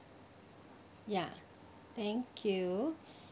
ya thank you